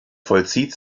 vollzieht